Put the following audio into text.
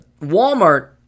Walmart